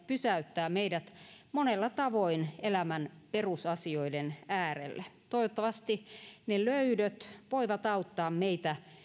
pysäyttää meidät monella tavoin elämän perusasioiden äärelle toivottavasti ne löydöt voivat auttaa meitä